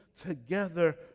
together